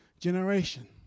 generation